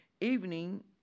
evening